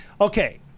Okay